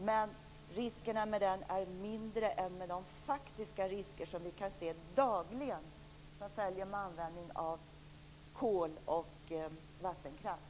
Men riskerna med kärnkraften är mindre än de faktiska risker vi dagligen ser som följer med användningen av kol och vattenkraft.